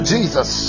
Jesus